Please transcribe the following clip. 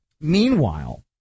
Meanwhile